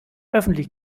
öffentlich